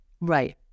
right